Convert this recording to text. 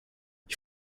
ich